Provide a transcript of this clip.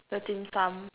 the dim-sum